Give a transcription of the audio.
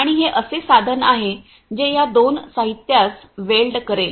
आणि हे असे साधन आहे जे या दोन साहित्यास वेल्ड करेल